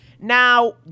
Now